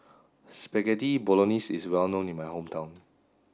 Spaghetti Bolognese is well known in my hometown